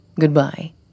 Goodbye